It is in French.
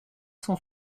cent